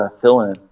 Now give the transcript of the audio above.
fill-in